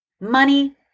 Money